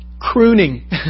crooning